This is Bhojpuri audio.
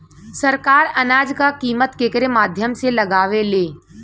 सरकार अनाज क कीमत केकरे माध्यम से लगावे ले?